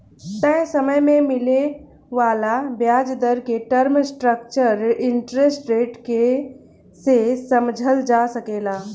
तय समय में मिले वाला ब्याज दर के टर्म स्ट्रक्चर इंटरेस्ट रेट के से समझल जा सकेला